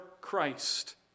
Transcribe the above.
Christ